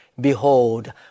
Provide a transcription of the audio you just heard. behold